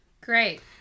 Great